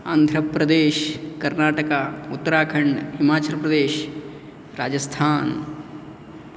आन्ध्रप्रदेशः कर्णाटका उत्तराखण्ड् हिमाचलप्रदेशः राजस्थान्